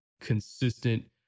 consistent